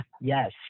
Yes